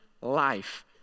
life